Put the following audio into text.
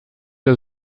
der